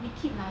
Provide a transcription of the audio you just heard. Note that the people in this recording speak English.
we keep like